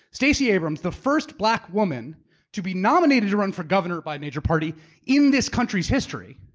stacey abrams, the first black woman to be nominated to run for governor by a major party in this country's history.